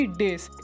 days